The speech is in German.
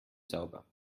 sauber